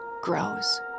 grows